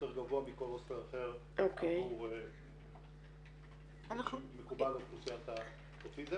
גבוה מכל הוסטל אחר שמקובל לאוכלוסיית האוטיזם,